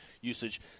usage